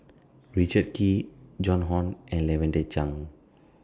Richard Kee Joan Hon and Lavender Chang